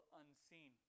unseen